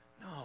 No